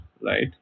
Right